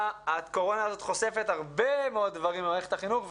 הקורונה הזאת חושפת הרבה מאוד דברים במערכת החינוך,